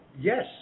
yes